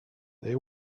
they